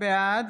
בעד